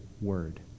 word